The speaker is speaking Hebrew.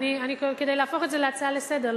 כדי להפוך את זה להצעה לסדר,